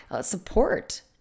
support